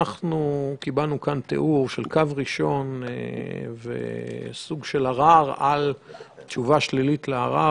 קיבלנו כאן תיאור של קו ראשון וסוג של ערר על תשובה שלילית לערר.